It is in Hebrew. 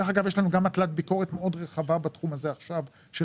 דרך אגב יש לנו גם מטלת ביקורת מאוד רחבה בתחום הזה עכשיו של